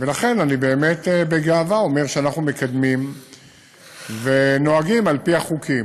ולכן אני באמת בגאווה אומר שאנחנו מקדמים ונוהגים על-פי החוקים.